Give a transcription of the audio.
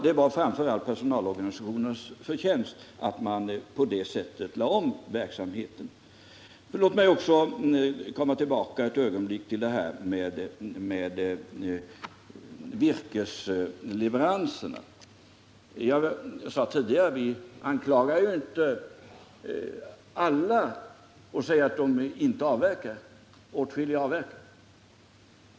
Det var framför allt personalorganisationens förtjänst att man på det sättet lade om verksamheten. Låt mig också ett ögonblick komma tillbaka till det här med virkesleveranserna. Jag sade tidigare att vi inte anklagar alla och säger att de inte avverkar; åtskilliga avverkar.